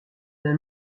d’un